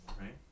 Right